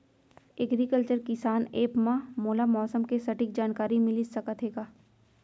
Agriculture किसान app मा मोला मौसम के सटीक जानकारी मिलिस सकत हे का?